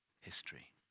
history